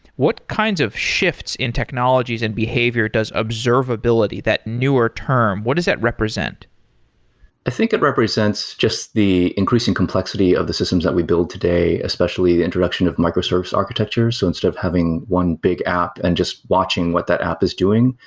what kinds of shifts in technologies and behavior does observability that newer term, what does that represent? i think it represents just the increasing complexity of the systems that we build today, especially the introduction of microservice architecture. so instead of having one big app and just watching what that app is doing,